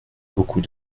beaucoup